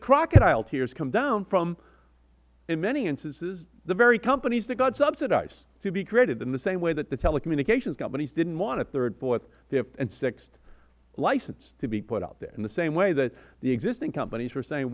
crocodile tears come down from in many instances the very companies that got subsidized to be created in the way that the telecommunications companies didn't want a third fourth fifth and six license to be put out there in the same way that the existing companies are saying